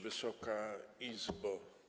Wysoka Izbo!